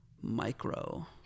micro